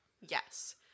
Yes